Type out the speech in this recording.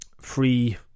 free